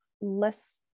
less